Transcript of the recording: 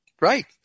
Right